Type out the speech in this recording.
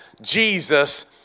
Jesus